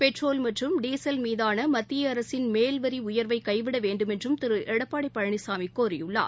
petrol மற்றும் diesel மீதான மத்திய அரசின் மேல்வரி உயர்வை கைவிட வேண்டுமென்றும் திரு எடப்பாடி பழனிசாமி கோரியுள்ளார்